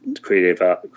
creative